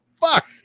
fuck